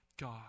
God